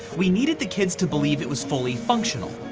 we needed the kids to believe it was fully functional.